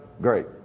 Great